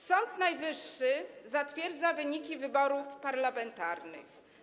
Sąd Najwyższy zatwierdza wyniki wyborów parlamentarnych.